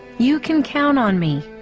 you can count on me.